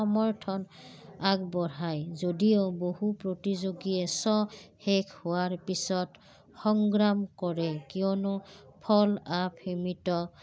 সমৰ্থন আগবঢ়ায় যদিও বহু প্ৰতিযোগীয়ে চ' শেষ হোৱাৰ পিছত সংগ্ৰাম কৰে কিয়নো সীমিত